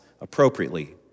appropriately